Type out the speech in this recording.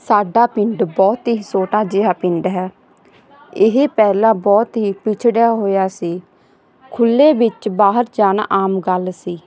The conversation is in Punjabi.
ਸਾਡਾ ਪਿੰਡ ਬਹੁਤ ਹੀ ਛੋਟਾ ਜਿਹਾ ਪਿੰਡ ਹੈ ਇਹ ਪਹਿਲਾਂ ਬਹੁਤ ਹੀ ਪਿਛੜਿਆ ਹੋਇਆ ਸੀ ਖੁੱਲ੍ਹੇ ਵਿੱਚ ਬਾਹਰ ਜਾਣਾ ਆਮ ਗੱਲ ਸੀ